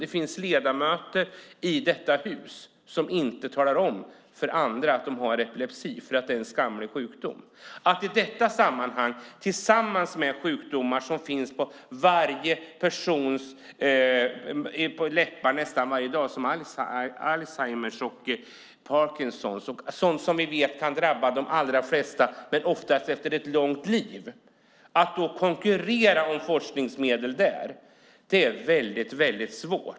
Det finns ledamöter i detta hus som inte talar om för andra att de har epilepsi därför att det är en skamlig sjukdom. Att inom detta område konkurrera om forskningsmedel tillsammans med dem som söker medel för forskning på sjukdomar som finns på varje persons läppar nästan varje dag, som Alzheimers och Parkinsons sjukdomar som kan drabba de allra flesta men ofta efter ett långt liv, är väldigt svårt.